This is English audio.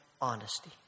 honesty